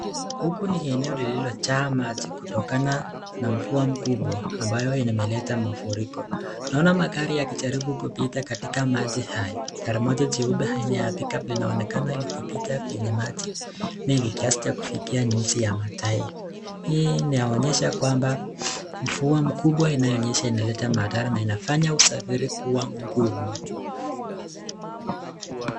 Huku ni eneo lililojaa maji kutokana na mvua mkubwa ambayo imeleta mafuriko. Naona magari yakijaribu kupita katika maji hayo. Gari moja jeupe aina ya "pick up" linaonekana likipita kwenye maji mingi kiasi cha kufikia nyuzi ya "matair".Hii inaonyesha kwamba mvua mkubwa inayonyesha inaleta madhara na inafanya usafiri kuwa ngumu